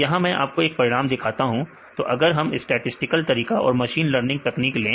तो यहां मैं आपको एक परिणाम दिखाता हूं तो अगर हम स्टैटिसटिकल तरीका और मशीन लर्निंग तकनीक ले